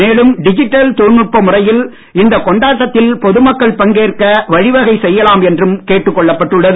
மேலும் டிஜிட்டல் தொழில்நுட்ப முறையில் இந்த கொண்டாட்டத்தில் பொதுமக்கள் பங்கேற்க வழிவகை செய்யலாம் என்றும் கேட்டுக்கொள்ளப்பட்டது